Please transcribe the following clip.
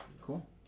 Cool